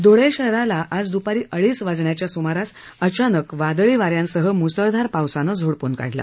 ध्ळे शहराला आज द्रपारी अडीच वाजेच्या सुमारास अचानक वादळी वाऱ्यांसह मुसळधार पावसाने झोडपून काढले